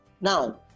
now